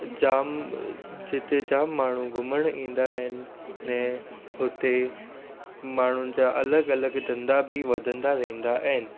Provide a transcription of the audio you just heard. जाम जिते जाम माण्हूनि घुमण ईंदा आहिनि हुते माण्हूनि जा अलॻि अलॻि धंधा बि वधंदा रहंदा आहिनि